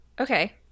Okay